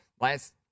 last